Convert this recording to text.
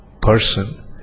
person